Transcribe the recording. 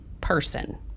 person